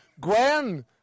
Gwen